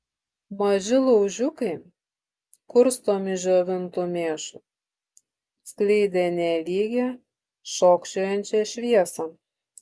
maži laužiukai kurstomi džiovintu mėšlu skleidė nelygią šokčiojančią šviesą